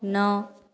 नौ